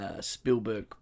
Spielberg